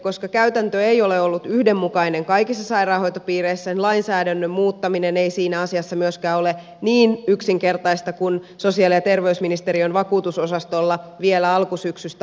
koska käytäntö ei ole ollut yhdenmukainen kaikissa sairaanhoitopiireissä niin lainsäädännön muuttaminen ei siinä asiassa myöskään ole niin yksinkertaista kuin sosiaali ja terveysministeriön vakuutusosastolla vielä alkusyksystä ajateltiin